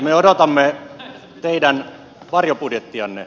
me odotamme teidän varjobudjettianne